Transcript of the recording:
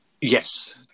Yes